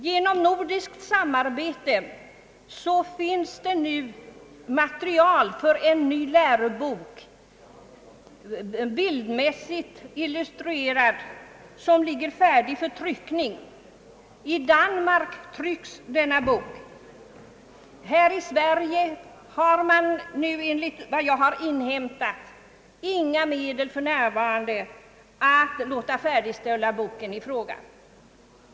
Genom nordiskt samarbete finns det nu material för en ny lärobok, även bildmässigt, och det ligger färdigt för tryckning. I Danmark trycks nu denna bok. Här i Sverige har man enligt vad jag har inhämtat inga medel att låta färdigställa boken i fråga.